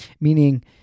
meaning